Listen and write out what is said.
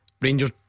Rangers